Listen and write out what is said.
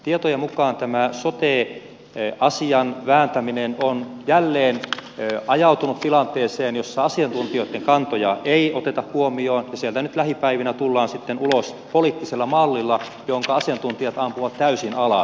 tietojen mukaan tämä sote asian vääntäminen on jälleen ajautunut tilanteeseen jossa asiantuntijoitten kantoja ei oteta huomioon ja sieltä nyt lähipäivinä tullaan sitten ulos poliittisella mallilla jonka asiantuntijat ampuvat täysin alas